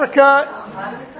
Africa